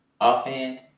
Offhand